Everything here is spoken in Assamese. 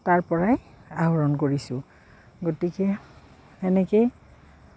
তাৰ পৰাই আহৰণ কৰিছোঁ গতিকে এনেকেই